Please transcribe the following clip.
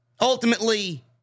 Ultimately